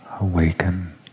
awaken